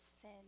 sin